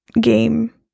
game